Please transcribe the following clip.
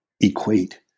equate